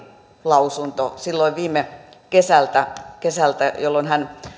lausunto viime kesältä kesältä jolloin hän